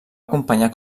acompanyar